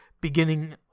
beginning